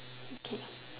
okay